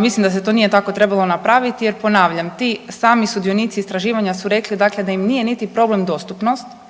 mislim da se to nije tako trebalo napraviti jer ponavljam, ti sami sudionici istraživanja su rekli dakle da im nije niti problem dostupnost